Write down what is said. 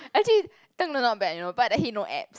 actually not bad you know but that he no abs